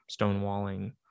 stonewalling